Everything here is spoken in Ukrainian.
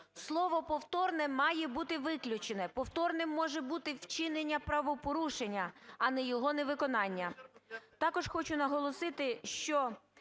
Слово "повторне" має бути виключене, повторним може бути вчинення правопорушення, а не його невиконання.